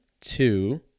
two